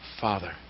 Father